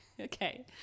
Okay